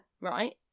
Right